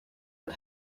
had